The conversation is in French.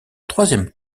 troisième